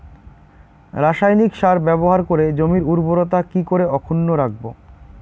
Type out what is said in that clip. রাসায়নিক সার ব্যবহার করে জমির উর্বরতা কি করে অক্ষুণ্ন রাখবো